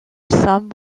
some